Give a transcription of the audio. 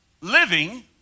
living